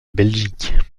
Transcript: belgique